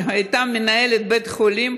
שהייתה מנהלת בית חולים,